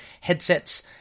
headsets